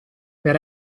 per